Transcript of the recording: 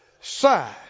side